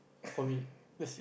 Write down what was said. from it this